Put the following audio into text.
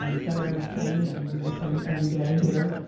um senator mccain, and we miss him every day here,